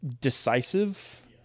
decisive